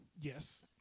yes